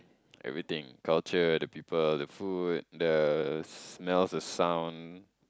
everything culture the people the food the smells the sound